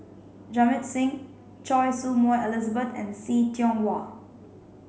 Jamit Singh Choy Su Moi Elizabeth and See Tiong Wah